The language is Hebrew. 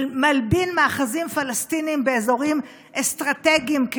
מלבין מאחזים פלסטיניים באזורים אסטרטגיים,